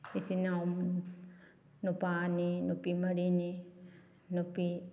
ꯏꯆꯤꯜ ꯏꯅꯥꯎ ꯅꯨꯄꯥ ꯑꯅꯤ ꯅꯨꯄꯤ ꯃꯔꯤꯅꯤ ꯅꯨꯄꯤ